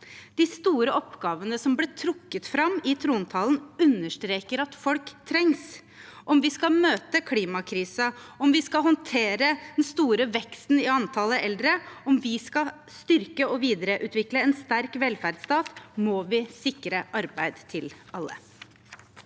De store oppgavene som ble trukket fram i trontalen, understreker at folk trengs. Om vi skal møte klimakrisen, om vi skal håndtere den store veksten i antall eldre, og om vi skal styrke og videreutvikle en sterk velferdsstat, må vi sikre arbeid til alle.